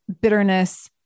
bitterness